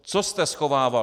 Co jste schovávali?